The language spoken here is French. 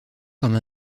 comme